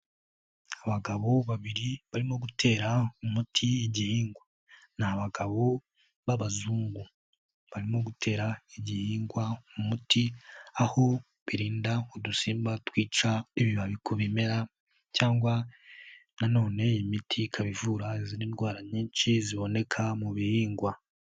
Abagabo babiri barimo gutera umuti igihingwa. Ni abagabo b'abazungu, barimo gutera igihingwa umuti, aho birinda udusimba twica ibibabi ku bimera cyangwa nanone imiti ikaba ivura izindi ndwara nyinshi ziboneka mu bihingwa.